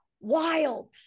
Wild